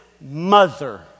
mother